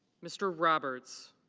mr. roberts.